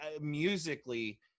musically